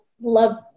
love